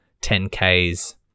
10Ks